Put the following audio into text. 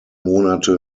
monate